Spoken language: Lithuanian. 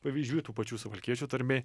pavyzdžių ir tų pačių suvalkiečių tarmėj